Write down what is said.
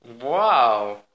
Wow